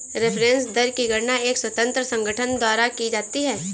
reference दर की गणना एक स्वतंत्र संगठन द्वारा की जाती है